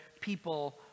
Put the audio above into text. people